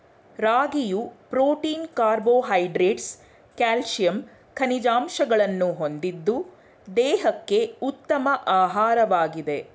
ರಾಗಿಯು protein carbohydrates calcium ಖನಿಜಾಂಶಗಳನ್ನು ಹೊಂದಿದ್ದು ದೇಹಕ್ಕೆ ಉತ್ತಮ ಆಹಾರವಾಗಿದೆ